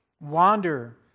wander